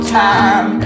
time